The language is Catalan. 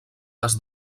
les